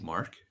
Mark